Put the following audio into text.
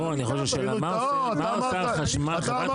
לא, אתה אמרת בישיבה האחרונה.